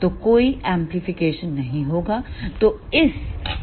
तो कोई एमप्लीफिकेशन नहीं होगी